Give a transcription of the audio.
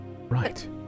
Right